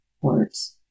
words